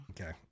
okay